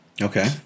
Okay